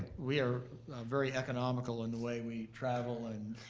we are very economical in the way we travel, and